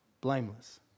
blameless